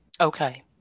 Okay